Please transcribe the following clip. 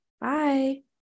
bye